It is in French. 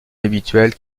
inhabituels